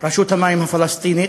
רשות המים הפלסטינית,